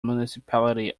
municipality